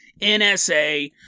NSA